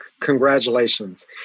congratulations